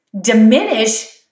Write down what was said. diminish